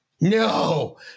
No